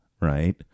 right